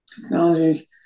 Technology